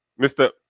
Mr